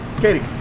Katie